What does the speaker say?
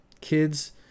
Kids